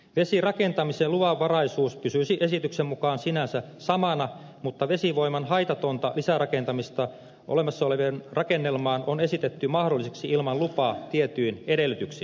vesirakentamisen luvanvaraisuus pysyisi esityksen mukaan sinänsä samana mutta vesivoiman haitatonta lisärakentamista olemassa olevaan rakennelmaan on esitetty mahdolliseksi ilman lupaa tietyin edellytyksin